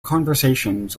conversations